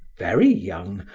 very young,